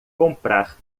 comprar